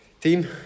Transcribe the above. team